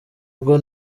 ubwo